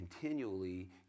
continually